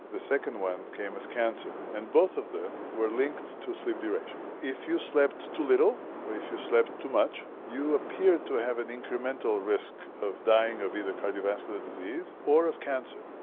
the second one came as cancer. and both of them were linked to sleep duration. if you slept too little or if you slept too much, you appear to have an incremental risk of dying of either cardiovascular disease or of cancer.